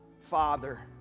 father